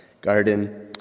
garden